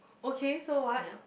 okay so what